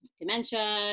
dementia